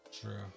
true